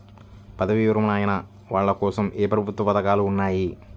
పదవీ విరమణ అయిన వాళ్లకోసం ఏ ప్రభుత్వ పథకాలు ఉన్నాయి?